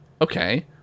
okay